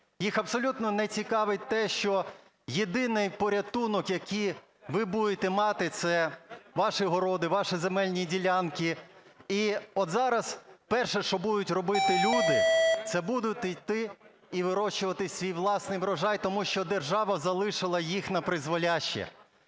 Їх абсолютно не цікавить те, що єдиний порятунок, який ви будете мати, це ваші городи, ваші земельні ділянки. І от зараз перше, що будуть робити люди, це будуть йти і вирощувати свій власний врожай, тому що держава залишила їх напризволяще.